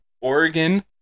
Oregon